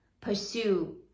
pursue